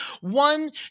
One